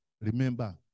Remember